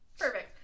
Perfect